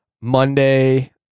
Monday